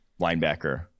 linebacker